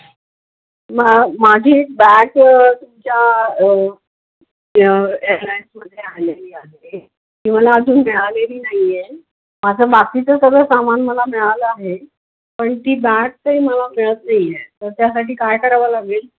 माझी एक बॅग तुमच्या एअरलाईनमध्ये आलेली आहे ती मला अजून मिळालेली नाही आहे माझं बाकीचं सगळं सामान मला मिळालं आहे पण ती बॅग काही मला मिळत नाही आहे तर त्यासाठी काय करावं लागेल